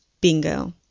Bingo